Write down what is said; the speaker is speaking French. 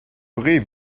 aurez